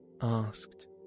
asked